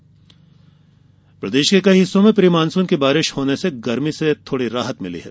मौसम प्रदेश के कई हिस्सों में प्री मानसून की बारिश होने से गर्मी से राहत मिली है